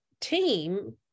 team